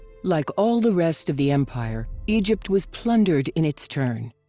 like all the rest of the empire, egypt was plundered in its turn.